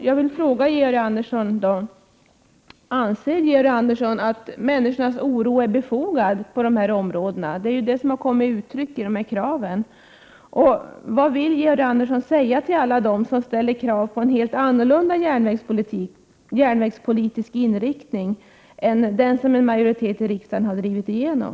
Jag vill fråga om Georg Andersson anser att människors oro på de här områdena är befogad. Det är ju den oron som har kommit till uttryck i de här kraven. Vad vill Georg Andersson säga till alla dem som kräver en helt annorlunda järnvägspolitisk inriktning än den som en majoritet i riksdagen drivit igenom?